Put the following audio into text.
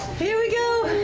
here we go.